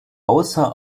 außer